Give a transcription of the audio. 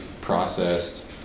processed